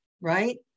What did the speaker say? right